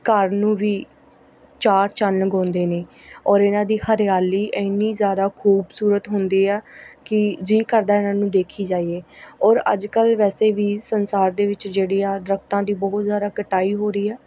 ਘਰ ਨੂੰ ਵੀ ਚਾਰ ਚੰਨ ਲਗਾਉਂਦੇ ਨੇ ਔਰ ਇਹਨਾਂ ਦੀ ਹਰਿਆਲੀ ਇੰਨੀ ਜ਼ਿਆਦਾ ਖੂਬਸੂਰਤ ਹੁੰਦੀ ਆ ਕਿ ਜੀਅ ਕਰਦਾ ਇਹਨਾਂ ਨੂੰ ਦੇਖੀ ਜਾਈਏ ਔਰ ਅੱਜ ਕੱਲ੍ਹ ਵੈਸੇ ਵੀ ਸੰਸਾਰ ਦੇ ਵਿੱਚ ਜਿਹੜੀ ਆ ਦਰੱਖਤਾਂ ਦੀ ਬਹੁਤ ਜ਼ਿਆਦਾ ਕਟਾਈ ਹੋ ਰਹੀ ਆ